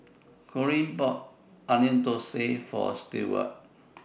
Corene bought Onion Thosai For Stewart